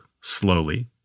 slowly